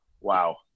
Wow